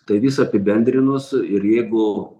tai visa apibendrinus ir jeigu